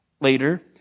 later